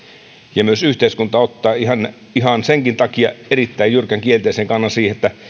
ja myös yhteiskunta ottaa ihan ihan senkin takia erittäin jyrkän kielteisen kannan siihen että